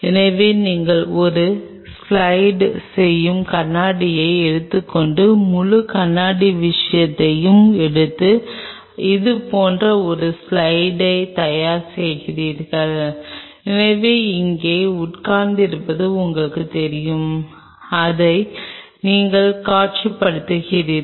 இரண்டாவது விஷயம் நீங்கள் ஒரு திக் ஜெல் சொல்ல விரும்பும்போது பின்பற்றப்பட்டது முழு மேட்ரிக்ஸும் ஜெல் மேட்ரிக்ஸாக இருக்க வேண்டும் என்று நீங்கள் விரும்புகிறீர்கள்